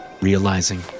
realizing